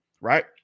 right